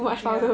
okay ah